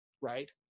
right